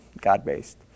God-based